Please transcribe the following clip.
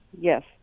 yes